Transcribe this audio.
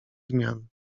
zmian